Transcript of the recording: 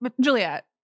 Juliet